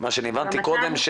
מה שהבנתי קודם,